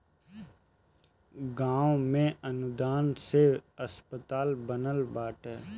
गांव में अनुदान से अस्पताल बनल बाटे